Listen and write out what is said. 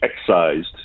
excised